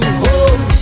home